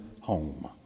home